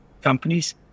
companies